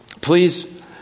please